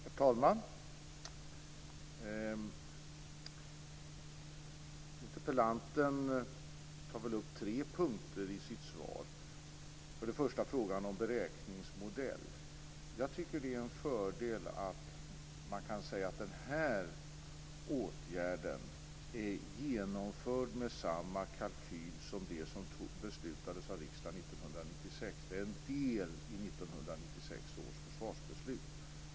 Herr talman! Interpellanten tar upp tre punkter i sitt inlägg. För det första gällde det frågan om beräkningsmodell. Jag tycker att det är en fördel att kunna säga att den här åtgärden är genomförd med samma kalkyl som det som beslutades av riksdagen 1996. Det är en del i 1996 års försvarsbeslut.